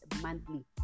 monthly